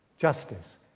justice